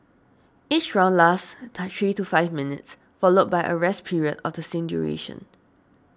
each round lasts three to five minutes followed by a rest period of the same duration